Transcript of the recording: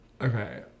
Okay